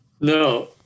No